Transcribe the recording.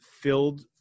filled